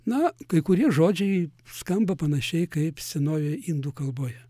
na kai kurie žodžiai skamba panašiai kaip senojoje indų kalboje